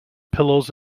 pillows